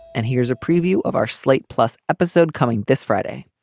and here's a preview of our slate plus episode coming this friday.